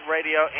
Radio